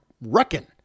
reckon